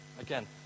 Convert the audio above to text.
again